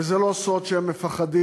וזה לא סוד שהם מפחדים.